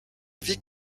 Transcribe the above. vie